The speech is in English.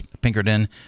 Pinkerton